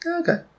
Okay